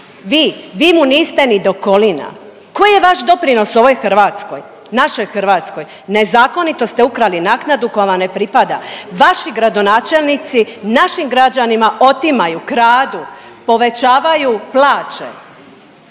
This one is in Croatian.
Vi, vi mu niste ni do kolina. Koji je vaš doprinos ovoj Hrvatskoj, našoj Hrvatskoj? Nezakonito ste ukrali naknadu koja vam ne pripada, vaši gradonačelnici našim građanima otimaju, kradu, povećavaju plaće